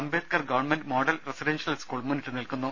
Ambedkar government model residential school മുന്നിട്ട് നിൽക്കുന്നു